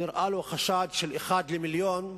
נראה לו חשד של אחד למיליון,